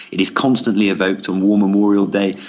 it is constantly evoked, and war memorial day.